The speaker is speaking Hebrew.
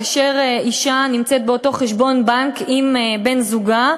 כאשר לאישה יש חשבון בנק עם בן-זוגה,